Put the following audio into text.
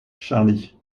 charly